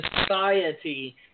society